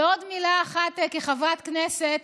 ועוד מילה אחת, כחברת כנסת,